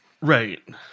Right